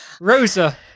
Rosa